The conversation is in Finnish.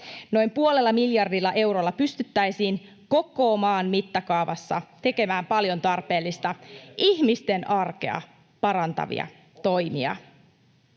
Noin puolella miljardilla eurolla pystyttäisiin koko maan mittakaavassa tekemään paljon tarpeellisia, ihmisten arkea parantavia toimia.